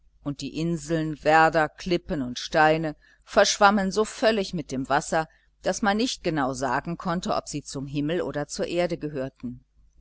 und die inseln werder klippen und steine verschwammen so völlig mit dem wasser daß man nicht genau sagen konnte ob sie zum himmel oder zur erde gehörten